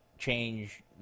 change